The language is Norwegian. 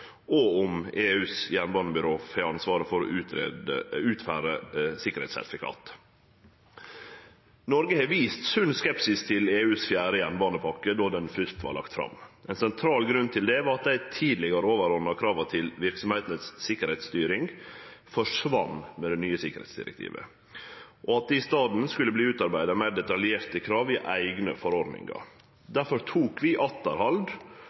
og om EUs jernbanebyrå får ansvaret for å utferde sikkerheitssertifikat. Noreg viste sunn skepsis til EUs fjerde jernbanepakke då ho først vart lagd fram. Ein sentral grunn til det var at dei tidlegare overordna krava til verksemdene si sikkerheitsstyring forsvann med det nye sikkerheitsdirektivet, og at det i staden skulle verte utarbeidt meir detaljerte krav i eigne forordningar. Difor tok vi